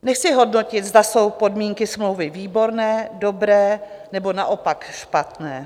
Nechci hodnotit, zda jsou podmínky smlouvy výborné, dobré, nebo naopak špatné.